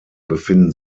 befinden